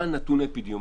מה הנתון האפידמיולוגי.